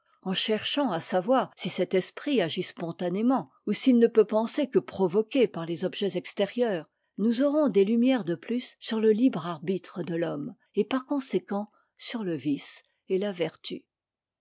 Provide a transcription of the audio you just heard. en cherchant à savoir si cet esprit agit spontanément ou s'il ne peut penser que provoqué par les objets extérieurs nous aurons des lumières de plus sur le libre arbitre de l'homme et par conséquent sur le vice et la vertu